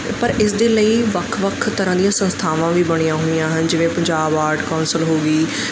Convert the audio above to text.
ਪਰ ਇਸਦੇ ਲਈ ਵੱਖ ਵੱਖ ਤਰ੍ਹਾਂ ਦੀਆਂ ਸੰਸਥਾਵਾਂ ਵੀ ਬਣੀਆਂ ਹੋਈਆਂ ਹਨ ਜਿਵੇਂ ਪੰਜਾਬ ਆਰਟ ਕੌਂਸਲ ਹੋ ਗਈ